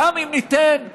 גם אם ניתן בהחלטות,